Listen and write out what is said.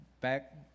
back